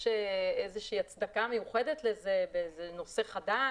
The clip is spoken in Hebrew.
איזושהי הצדקה מיוחדת לזה וזה נושא חדש,